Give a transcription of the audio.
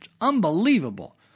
unbelievable